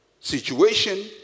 situation